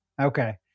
Okay